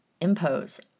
impose